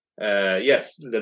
yes